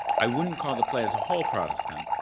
i wouldn't call the play as a whole protestant,